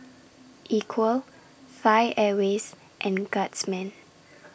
Equal Thai Airways and Guardsman